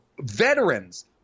veterans